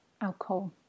alcohol